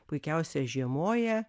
puikiausia žiemoja